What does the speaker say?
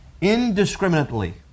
indiscriminately